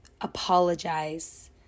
apologize